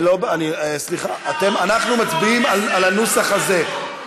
סליחה, אנחנו מצביעים על הנוסח הזה.